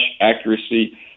accuracy